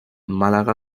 málaga